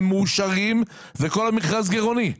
הם מאושרים וכל המכרז גרעוני.